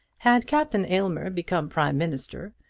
had captain aylmer become prime minister,